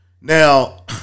Now